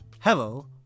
Hello